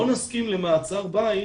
לא נסכים למעצר בית,